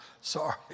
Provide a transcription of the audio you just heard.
Sorry